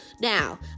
Now